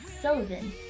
Sullivan